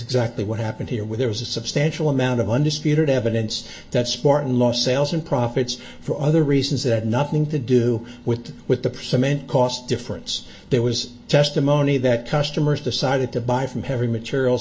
exactly what happened here with there was a substantial amount of undisputed evidence that spartan lost sales and profits for other reasons that nothing to do with the with the percent cost difference there was testimony that customers decided to buy from having materials